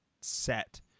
set